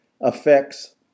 affects